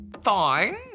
fine